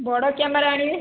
ବଡ଼ କ୍ୟାମେରା ଆଣିବେ